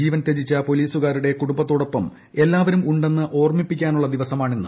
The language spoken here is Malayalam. ജീവൻ തൃജിച്ച പോലീസുകാരുടെ കുടുംബത്തോടൊപ്പം നാം എല്ലാവരും ഉണ്ടെന്ന് ഓർമ്മിപ്പിക്കാനുള്ള ദിവസമാണിന്ന്